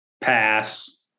Pass